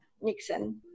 Nixon